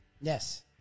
Yes